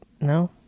No